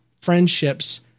friendships